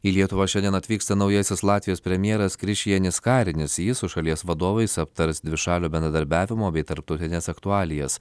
į lietuvą šiandien atvyksta naujasis latvijos premjeras krišjanis karinis jis su šalies vadovais aptars dvišalio bendradarbiavimo bei tarptautines aktualijas